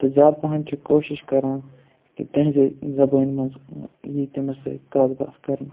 تہٕ زیادٕ پَہَن چھُ کوٗشِش کَران کہِ تِہنٛزے زَبانہِ مَنٛز یی تٔمِس سۭتۍ کَتھ باتھ کَرنہٕ